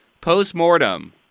postmortem